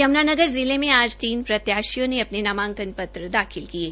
यमुनानगर जिले में आज तीन प्रत्याशियों ने अपने नामांकन पत्र दाखिल किये